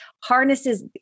harnesses